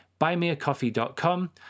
buymeacoffee.com